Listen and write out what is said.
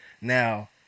Now